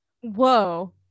Whoa